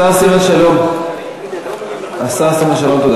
השר סילבן שלום, תודה.